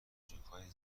جوکهای